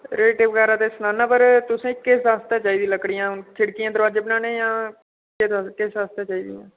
rate बगैरा ते सनाना पर तुसें किस आस्तै चाहिदी लकड़ियां खिड़कियां दरवाजे बनाने जां किस आस्तै चाहिदियां